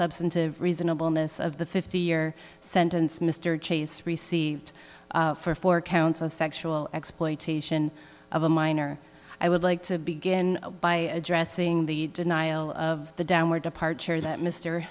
substantive reasonable innes of the fifty year sentence mr chase received for four counts of sexual exploitation of a minor i would like to begin by addressing the denial of the downward departure that mr